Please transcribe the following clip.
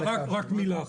רק עוד מילה